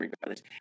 regardless